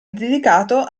dedicato